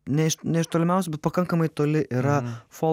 ne iš ne iš tolimiausių bet pakankamai toli yra folk muzika